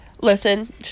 Listen